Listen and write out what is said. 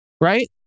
right